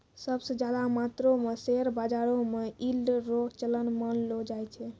सब स ज्यादा मात्रो म शेयर बाजारो म यील्ड रो चलन मानलो जाय छै